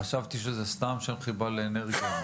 חשבתי שזה סתם שם חיבה לאנרגיה.